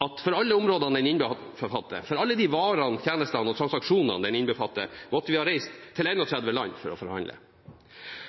at for alle områdene den innbefatter, for alle de varene, tjenestene og transaksjonene den innbefatter, måtte vi ha reist til 31 land for å forhandle.